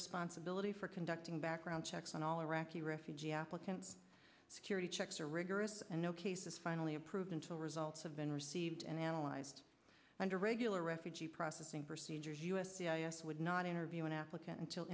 responsibility for conducting background checks on all iraqi refugee applicants security checks are rigorous and no cases finally approved until results have been received and analyzed under regular refugee processing procedures u s c i s would not interview an applicant until